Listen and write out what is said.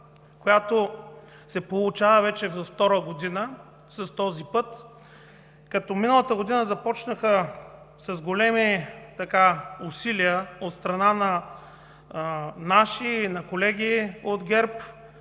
която се получава вече за втора година с този път. Миналата година започна с големи усилия от страна на наши и колеги от ГЕРБ,